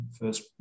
first